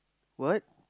what